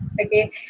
Okay